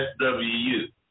SWU